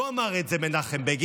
לא אמר את זה מנחם בגין,